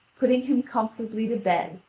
putting him comfortably to bed,